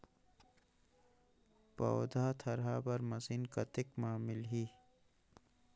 पौधा थरहा बर मशीन कतेक मे मिलही?